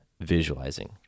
visualizing